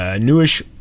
newish